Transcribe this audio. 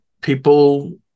people